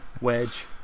Wedge